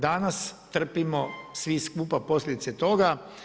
Danas trpimo svi skupa posljedice toga.